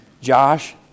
Josh